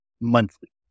monthly